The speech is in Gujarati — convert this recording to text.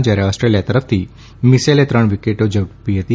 જયારે ઓસ્ટ્રેલીયા તરફથી મિસેલે ત્રણ વિકેટો ઝડપી હતી